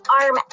arm